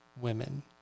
women